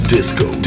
Disco